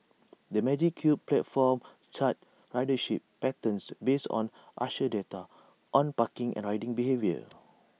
the magic Cube platform charts ridership patterns based on user data on parking and riding behaviour